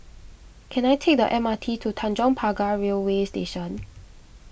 can I take the M R T to Tanjong Pagar Railway Station